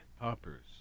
Poppers